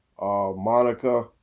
Monica